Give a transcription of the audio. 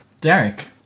Derek